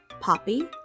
Poppy